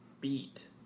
beat